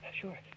sure